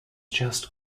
just